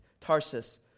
Tarsus